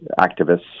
activists